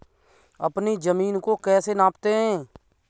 अपनी जमीन को कैसे नापते हैं?